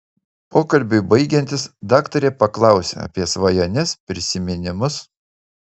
pokalbiui baigiantis daktarė paklausia apie svajones prisiminimus